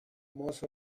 most